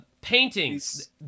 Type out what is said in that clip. paintings